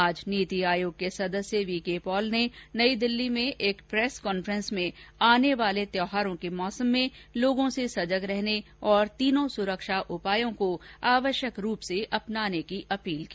आज नीति आयोग के सदस्य वी के पॉल ने नई दिल्ली में एक प्रेस कॉन्फ्रेंस में आने वाले त्यौहारों के मौसम में लोगों से सजग रहने और तीनों सुरक्षा उपायों को आवश्यक रूप से अपनाने की अपील की